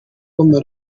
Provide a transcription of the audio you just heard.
game